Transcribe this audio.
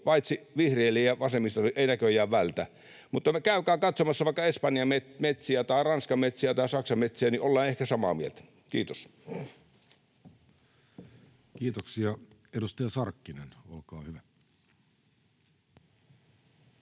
paitsi vihreille ja vasemmistolle ei näköjään vältä. Mutta käykää katsomassa vaikka Espanjan metsiä tai Ranskan metsiä tai Saksan metsiä, niin ollaan ehkä samaa mieltä. — Kiitos. [Speech